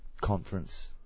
conference